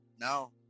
No